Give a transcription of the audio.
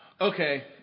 Okay